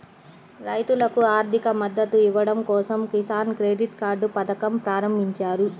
రైతులకు ఆర్థిక మద్దతు ఇవ్వడం కోసం కిసాన్ క్రెడిట్ కార్డ్ పథకం ప్రారంభించారు